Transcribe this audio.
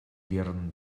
wirren